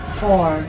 four